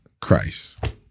Christ